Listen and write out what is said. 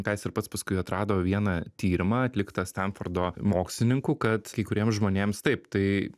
ką jis ir pats paskui atrado vieną tyrimą atliktą stanfordo mokslininkų kad kai kuriems žmonėms taip tai